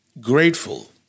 grateful